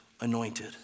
anointed